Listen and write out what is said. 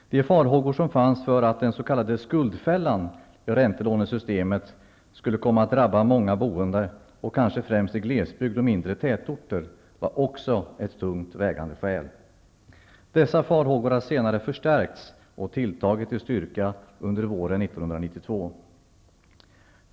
De farhågor som fanns för att den s.k. skuldfällan i räntelånesystemet skulle komma att drabba många boende, kanske främst i glesbygd och mindre tätorter, var också ett tungt vägande skäl. Dessa farhågor har senare förstärkts och tilltagit i styrka under våren 1992.